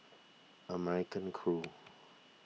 American Crew